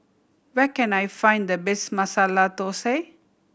where can I find the best Masala Thosai